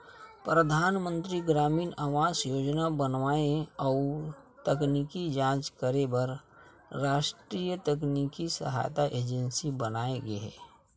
परधानमंतरी गरामीन आवास योजना बनाए अउ तकनीकी जांच करे बर रास्टीय तकनीकी सहायता एजेंसी बनाये गे हे